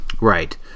Right